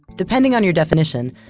depending on your definition,